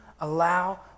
allow